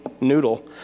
noodle